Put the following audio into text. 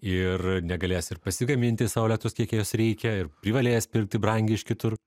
ir negalės ir pasigaminti sau elektros kiek jos reikia privalės pirkti brangiai iš kitur